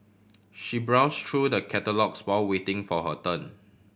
she browse through the catalogues while waiting for her turn